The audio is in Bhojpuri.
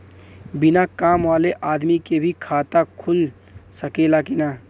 बिना काम वाले आदमी के भी खाता खुल सकेला की ना?